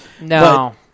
No